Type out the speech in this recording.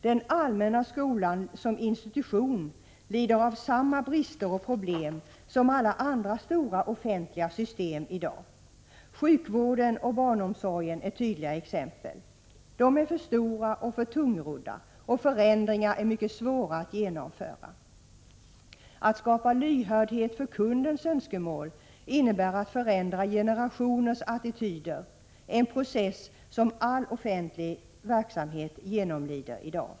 Den allmänna skolan som institution lider av samma brister och problem som alla andra stora offentliga system i dag — sjukvården och barnomsorgen är tydliga exempel. De är för stora och för tungrodda och förändringar är mycket svåra att genomföra. Att skapa lyhördhet för ”kundens” önskemål innebär att förändra generationers attityder, en process som all offentlig verksamhet genomlider i dag.